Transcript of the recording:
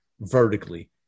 vertically